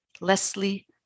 Leslie